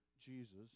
Jesus